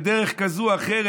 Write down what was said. ובדרך כזאת או אחרת,